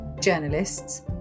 journalists